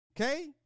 Okay